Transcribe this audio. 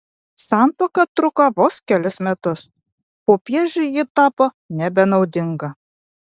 santuoka truko vos kelis metus popiežiui ji tapo nebenaudinga